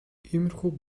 иймэрхүү